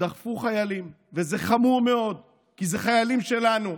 דחפו חיילים, וזה חמור מאוד, כי אלה חיילים שלנו.